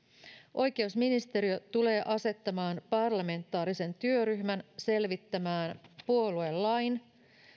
oikeusministeriö tulee asettamaan parlamentaarisen työryhmän selvittämään puoluelain